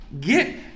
Get